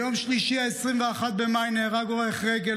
ביום שלישי 21 במאי נהרג הולך רגל,